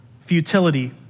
futility